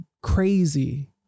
crazy